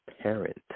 parent